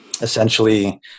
Essentially